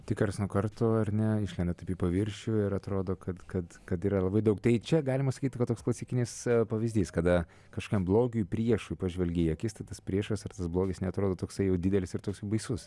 tai karts nuo karto ar ne išlenda taip į paviršių ir atrodo kad kad kad yra labai daug tai čia galima sakyt va toks klasikinis pavyzdys kada kažkam blogiui priešui pažvelgi į akis tai tas priešas ar tas blogis neatrodo toksai jau didelis ir toks baisus